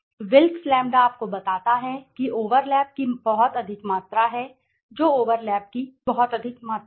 Wilkes लैंबडाWilks Lambdaआपको बताता है कि ओवरलैप की बहुत अधिक मात्रा है जो ओवरलैप की बहुत है